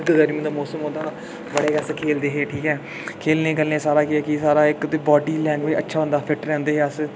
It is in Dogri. इक गर्मी दा मौसम होंदा हा अस खेढदे हे ठीक ऐ खेढने कन्नै सारा केह् है कि इक बाड्डी फिट रौंहदी तां खेढदे हे अस